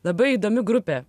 labai įdomi grupė